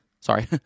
sorry